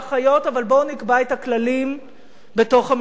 אבל בואו נקבע את הכללים בתוך המשפחה,